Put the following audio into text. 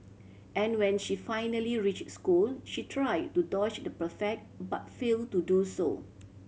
and when she finally reach school she try to dodge the prefect but fail to do so